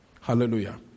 Hallelujah